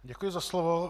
Děkuji za slovo.